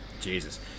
Jesus